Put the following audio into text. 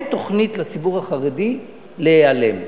לציבור החרדי אין תוכנית להיעלם.